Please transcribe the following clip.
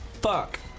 Fuck